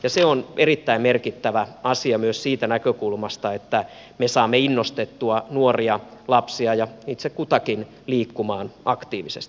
se on erittäin merkittävä asia myös siitä näkökulmasta että me saamme innostettua nuoria lapsia ja itse kutakin liikkumaan aktiivisesti